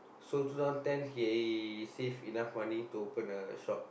so two thousand ten he save enough money to open a shop